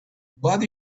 but